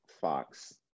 Fox